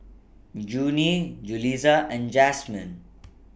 Junie Julisa and Jasmine